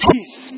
Peace